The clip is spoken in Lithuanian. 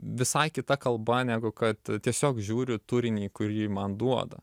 visai kita kalba negu kad tiesiog žiūriu turinį kurį man duoda